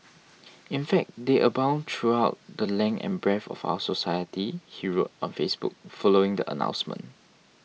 in fact they abound throughout the length and breadth of our society he wrote on Facebook following the announcement